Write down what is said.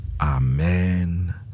amen